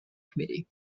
committee